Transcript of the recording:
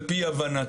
על פי הבנתי,